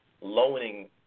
loaning